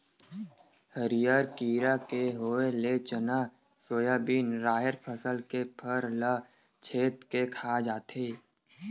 हरियर कीरा के होय ले चना, सोयाबिन, राहेर फसल के फर ल छेंद के खा जाथे